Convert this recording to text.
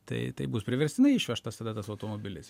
tai tai bus priverstinai išvežtas tada tas automobilis